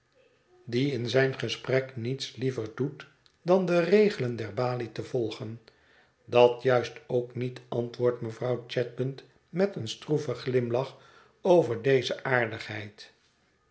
die in zijn gesprek niets liever doet dan de regelen der balie te volgen dat juist ook niet antwoordt mevrouw chadband met een stroeven glimlach over deze aardigheid